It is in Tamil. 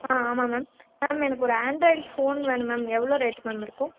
ஆ ஆமாம் மேம் மேம் எனக்கு ஒரு ஆண்ட்ராய்டு ஃபோன் வேணும் மேம் எவ்வளோ ரேட்டு மேம் இருக்கும்